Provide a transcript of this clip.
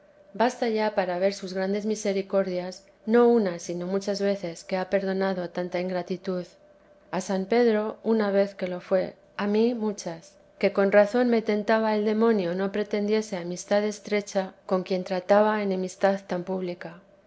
basta ya para ver sus grandes misericordias no una sino muchas veces que ha perdonado tanta ingratitud a san pedro una vez que lo fué a mí muchas que vida de a sama madre con razón me tentaba el demonio no pretendiese amistad estrecha con quien trataba enemistad tan pública